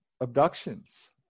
abductions